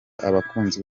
abakunzi